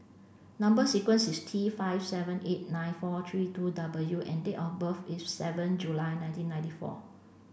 number sequence is T five seven eight nine four three two W and date of birth is seven July nineteen ninety four